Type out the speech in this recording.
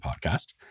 podcast